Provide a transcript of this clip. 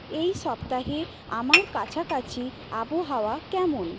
এই সপ্তাহে আমার কাছাকাছি আবহাওয়া কেমন